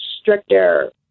stricter